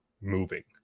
moving